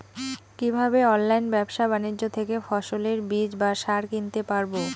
কীভাবে অনলাইন ব্যাবসা বাণিজ্য থেকে ফসলের বীজ বা সার কিনতে পারবো?